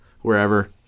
wherever